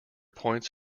points